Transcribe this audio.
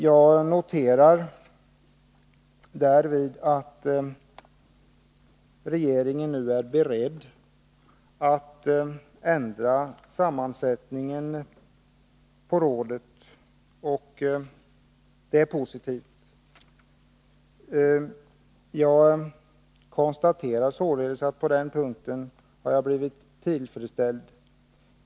Jag noterar därvid att regeringen nu är beredd att ändra rådets sammansättning — det är positivt. Jag konstaterar således att på den punkten har jag blivit till freds.